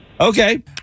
Okay